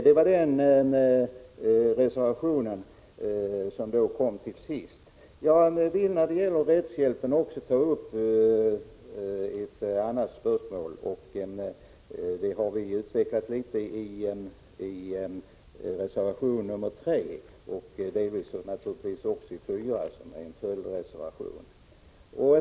Det var den reservationen som kom sist. Jag vill när det gäller rättshjälpen också ta upp ett annat spörsmål, som vi något har utvecklat i reservation 3 och naturligtvis delvis också i reservation 4, som är en följdreservation.